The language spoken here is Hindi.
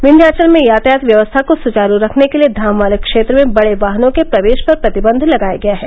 विन्ध्याचल में यातायात व्यवस्था को सुचारू रखने के लिये धाम वाले क्षेत्र में बड़े वाहनों के प्रवेश पर प्रतिबंध लगाया गया है